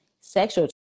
sexual